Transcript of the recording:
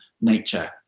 nature